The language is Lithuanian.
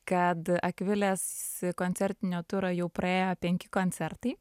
kad akvilės koncertinio turo jau praėjo penki koncertai